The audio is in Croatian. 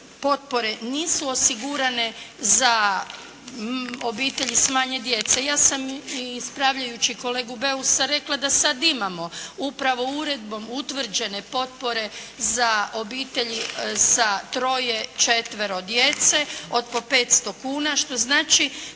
nisu osigurane za obitelji s manje djece. Ja sam i ispravljajući kolegu Beusa rekla da sad imamo upravo uredbom utvrđene potpore za obitelji sa troje, četvero djece od po 500 kuna što znači